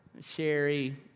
Sherry